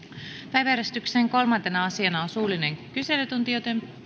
päiväjärjestyksen kolmantena asiana on suullinen kyselytunti